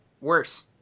worse